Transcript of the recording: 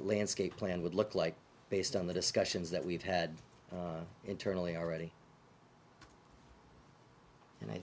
landscape plan would look like based on the discussions that we've had internally already and i